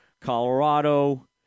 Colorado